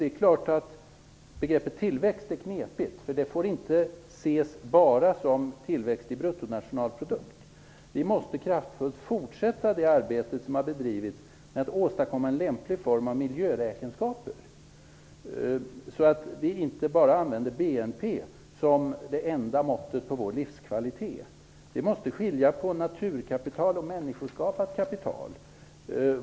Begreppet tillväxt är knepigt. Det får inte ses bara som tillväxt i bruttonationalprodukt. Vi måste kraftfullt fortsätta det arbete som har bedrivits med att åstadkomma en lämplig form av miljöräkenskaper, så att vi inte bara använder BNP som det enda måttet på vår livskvalitet. Vi måste skilja på naturkapital och människoskapat kapital.